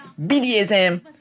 BDSM